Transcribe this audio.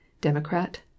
Democrat